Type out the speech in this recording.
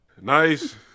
nice